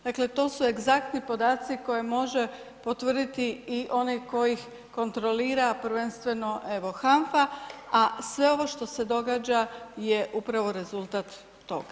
Dakle to su egzaktni podaci koje može potvrditi i onaj tko ih kontrolira, a prvenstveno, evo HANFA, a sve ovo što se događa je upravo rezultat toga.